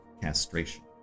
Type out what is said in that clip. castration